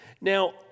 Now